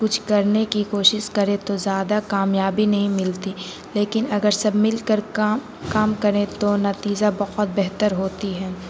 کچھ کرنے کی کوشش کرے تو زیادہ کامیابی نہیں ملتی لیکن اگر سب مل کر کام کام کریں تو نتیجہ بہت بہتر ہوتی ہے